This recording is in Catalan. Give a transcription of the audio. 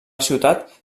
ciutat